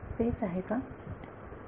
विद्यार्थी तेच आहे ते